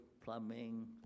plumbing